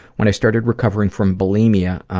when i started recovering from bulimia